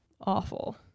awful